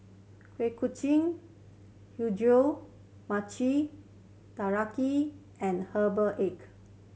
Kuih Kacang Hijau Mochi Taiyaki and herbal egg